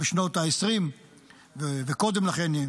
בשנות ה-20 וקודם לכן,